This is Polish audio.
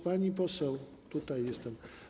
Pani poseł, tutaj jestem.